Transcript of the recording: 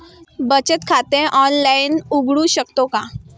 बचत खाते ऑनलाइन उघडू शकतो का?